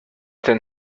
then